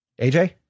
aj